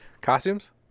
Costumes